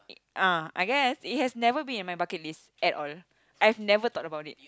uh ah I guess it has never been in my bucket list at all I have never thought about it